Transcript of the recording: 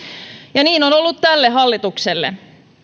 ja niin ovat olleet tällekin hallitukselle